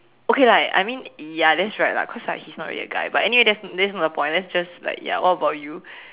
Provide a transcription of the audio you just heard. okay lah I mean ya that's right lah cause like he's not really a guy but anyway that's that's not the point let's just like ya what about you